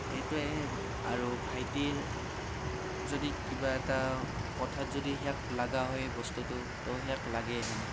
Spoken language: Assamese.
এইটোৱেহে আৰু ভাইটিৰ যদি কিবা এটা কথাত যদি সিয়াক লগা হয় সেই বস্তুটো ত' সিয়াক লাগেই মানে